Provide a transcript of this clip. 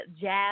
jazz